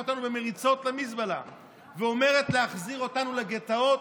אותנו במריצות למזבלה ואומרת להחזיר אותנו לגטאות,